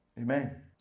Amen